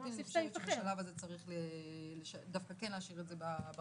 אני חושבת שבשלב הזה צריך דווקא כן להשאיר את זה ברשאי,